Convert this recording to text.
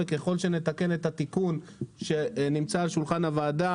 וככל שנתקן את התיקון שנמצא על שולחן הוועדה,